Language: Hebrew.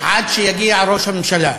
עד שיגיע ראש הממשלה.